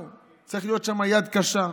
צריכה להיות שם יד קשה.